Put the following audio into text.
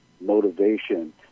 motivation